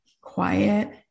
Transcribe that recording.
quiet